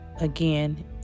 Again